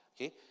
okay